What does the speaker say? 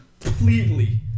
completely